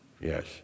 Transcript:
yes